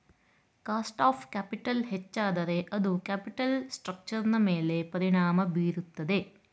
cost of capital ಹೆಚ್ಚಾದರೆ ಅದು capital ಸ್ಟ್ರಕ್ಚರ್ನ ಮೇಲೆ ಪರಿಣಾಮ ಬೀರುತ್ತದೆ